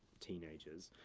teenagers,